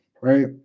right